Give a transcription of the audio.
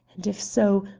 and if so,